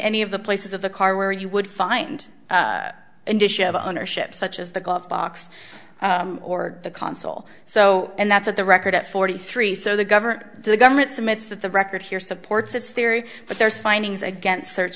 any of the places of the car where you would find in dish of ownership such as the glove box or the console so and that's what the record at forty three so the government the government cements that the record here supports it's theory but there's findings against search